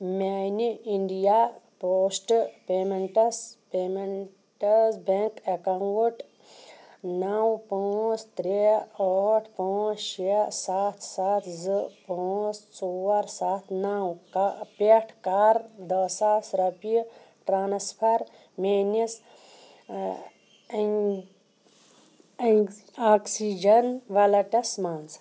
میانہِ India post payments payments bank account نو پانٛژھ ترٛےٚ ٲٹھ پانٛژھ شےٚ سَتھ سَتھ زٕ پانٛژھ ژور سَتھ نَو کہ پٮ۪ٹھ کَر دہ ساس رۄپیہِ ٹرانسفر میٛٲنِس آکسِجن ویلٹَس منٛز